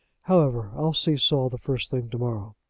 however, i'll see saul the first thing to-morrow.